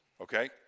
okay